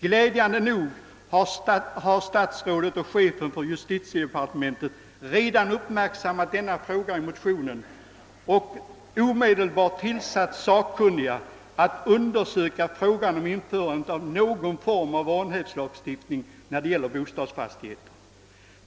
Glädjande nog har statsrådet och chefen för justitiedepartementet redan uppmärksammat denna fråga i motionen och tillsatt sakkunniga för att undersöka spörsmålet om införande av någon form av vanhävdslagstiftning när det gäller bostadsfastigheter.